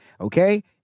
okay